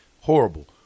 horrible